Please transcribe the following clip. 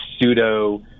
pseudo